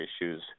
issues